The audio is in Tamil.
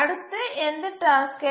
அடுத்து எந்த டாஸ்க்கை